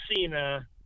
Cena